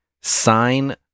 sign